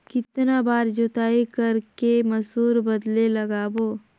कितन बार जोताई कर के मसूर बदले लगाबो?